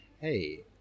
hey